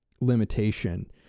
limitation